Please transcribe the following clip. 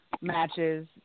matches